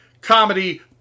comedy